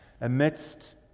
amidst